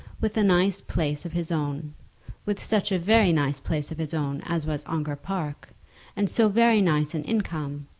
with a nice place of his own with such a very nice place of his own as was ongar park and so very nice an income,